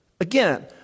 again